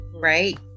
right